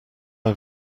had